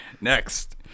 Next